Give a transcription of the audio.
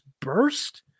burst